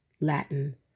Latin